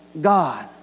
God